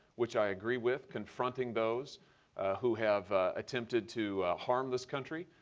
which i agree with, confronting those who have attempted to harm this country,